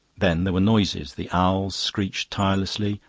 then there were noises the owls screeched tirelessly,